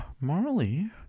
Marley